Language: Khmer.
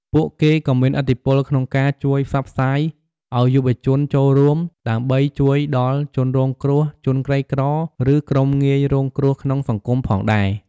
ពួកគេក៏មានឥទ្ធិពលក្នុងការជួយផ្សព្វផ្សាយអោយយុវជនចូលរួម ដើម្បីជួយដល់ជនរងគ្រោះ ជនក្រីក្រ ឬក្រុមងាយរងគ្រោះក្នុងសង្គមផងដែរ។